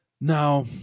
Now